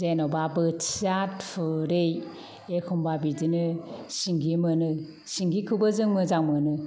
जेन'बा बोथिया थुरि एखमबा बिदिनो सिंगि मोनो सिंगिखौबो जों मोजां मोनो